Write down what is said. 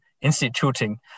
instituting